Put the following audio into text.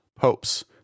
Popes